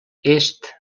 est